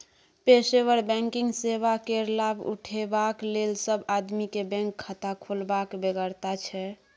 पेशेवर बैंकिंग सेवा केर लाभ उठेबाक लेल सब आदमी केँ बैंक खाता खोलबाक बेगरता छै